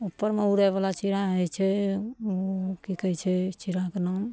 उपरमे उड़ैवला चिड़ै होइ छै ओ कि कहै छै चिड़ैके नाम